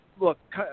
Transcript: Look